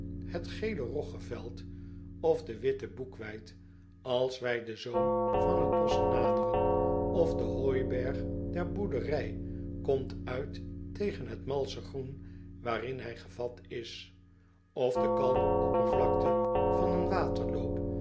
het geele roggeveld of de witte boekweit als wij den zoom van het bosch naderen of de hooiberg der boerderij komt uit tegen het malsche groen waarin hij gevat is of de kalme oppervlakte van een waterloop